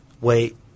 Wait